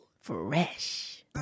Fresh